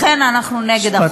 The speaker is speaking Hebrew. לכן אנחנו נגד החוק הזה.